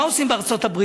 מה עושים בארצות-הברית?